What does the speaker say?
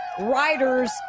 riders